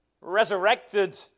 resurrected